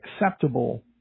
acceptable